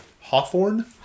Hawthorne